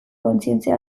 kontzientzia